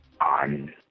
on